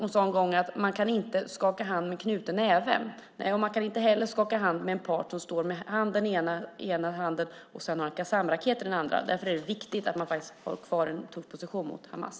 Hon sade en gång att man inte kan skaka hand med knuten näve. Man kan inte heller skaka hand med en part som hälsar med den ena handen och har en kassamraket i den andra. Därför är det viktigt att ha kvar en tuff position mot Hamas.